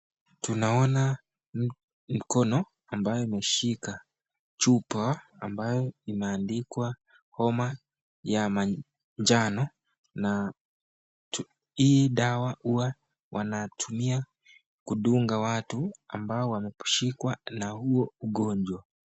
Tunaona mkono ambayo imeshika chupa ambayo imeandikwa homa ya majano. Hii dawa uwa wanatumiwa kudunga watu ambao wameshikwa na huo ugonjwa.